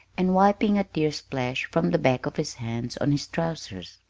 and wiping a tear splash from the back of his hand on his trousers.